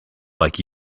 like